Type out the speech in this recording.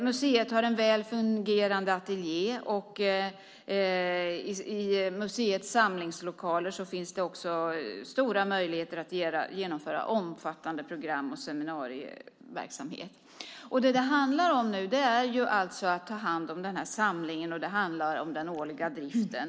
Museet har en väl fungerande ateljé, och i dess samlingslokaler finns stora möjligheter att genomföra omfattande program och seminarieverksamhet. Nu handlar det om att ta hand om samlingen, och det handlar om den årliga driften.